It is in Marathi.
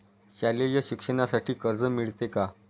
शालेय शिक्षणासाठी कर्ज मिळते का?